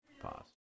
Pause